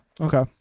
Okay